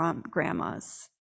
grandmas